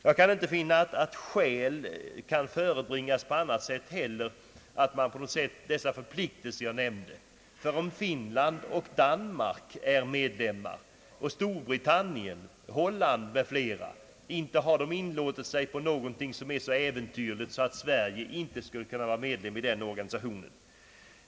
Jag kan inte heller finna att det har förebringats andra skäl för att undandra sig de förpliktelser jag nämnde. Om Finland och Danmark är medlemmar liksom Storbritannien, Holland m.fl. har de inte genom sitt medlemskap inlåtit sig på någonting som är så äventyrligt att inte också Sverige skulle kunna bli medlem i organisationen.